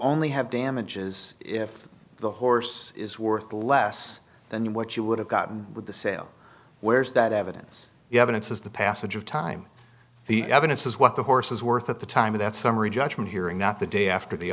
only have damages if the horse is worth less than what you would have gotten with the sale where's that evidence you have and says the passage of time the evidence is what the horse is worth at the time of that summary judgment hearing not the day after the